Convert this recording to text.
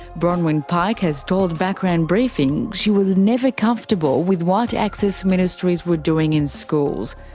bronwyn pike has told background briefing she was never comfortable with what access ministries were doing in schools.